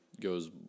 goes